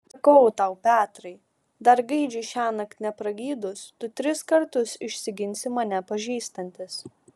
sakau tau petrai dar gaidžiui šiąnakt nepragydus tu tris kartus išsiginsi mane pažįstantis